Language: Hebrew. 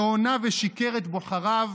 שהונה ושיקר לבוחריו